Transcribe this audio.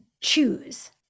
choose